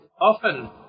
often